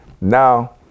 Now